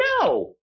no